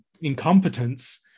incompetence